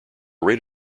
rate